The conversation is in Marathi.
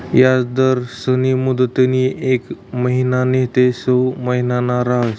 याजदरस्नी मुदतनी येक महिना नैते सऊ महिना रहास